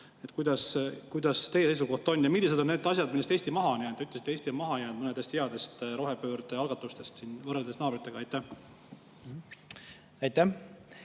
Milline teie seisukoht on? Ja millised on need asjad, milles Eesti maha on jäänud? Te ütlesite, et Eesti on maha jäänud mõnedest headest rohepöördealgatustest võrreldes naabritega. Aitäh!